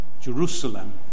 Jerusalem